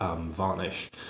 varnish